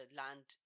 land